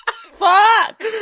Fuck